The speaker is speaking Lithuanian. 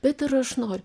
bet ir aš noriu